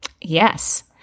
Yes